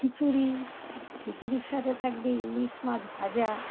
খিচুড়ি খিচুড়ির সাথে থাকবে ইলিশ মাছ ভাজা